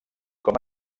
com